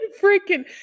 freaking